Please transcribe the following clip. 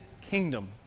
kingdom